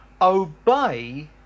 Obey